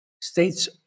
states